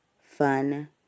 fun